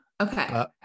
Okay